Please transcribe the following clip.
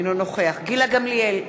אינו נוכח גילה גמליאל,